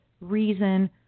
reason